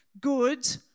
good